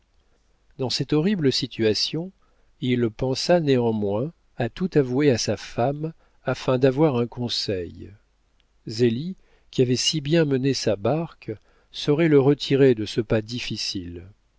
dans cette horrible situation il pensa néanmoins à tout avouer à sa femme afin d'avoir un conseil zélie qui avait si bien mené sa barque saura le retirer de ce pas difficile